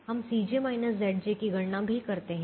हम की गणना भी करते हैं